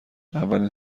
اولین